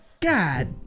god